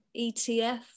ETF